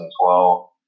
2012